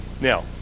Now